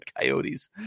Coyotes